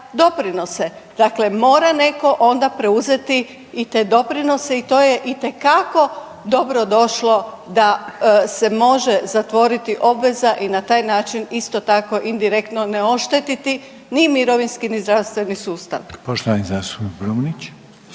Dakle, mora netko onda preuzeti i te doprinose i to je itekako dobro došlo da se može zatvoriti obveza i na taj način isto tako indirektno neoštetiti ni mirovinski, ni zdravstveni sustav.